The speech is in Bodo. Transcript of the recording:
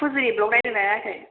फुजिनि ब्लग नायदों ना नायाखै